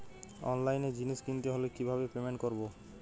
অনলাইনে জিনিস কিনতে হলে কিভাবে পেমেন্ট করবো?